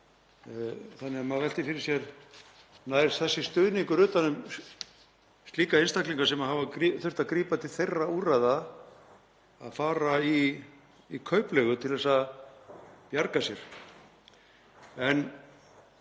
Þannig að maður veltir fyrir sér: Nær þessi stuðningur utan um slíka einstaklinga sem hafa þurft að grípa til þeirra úrræða að fara í kaupleigu til að bjarga sér?